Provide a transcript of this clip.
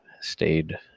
stayed